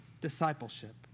discipleship